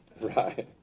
Right